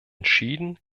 entschieden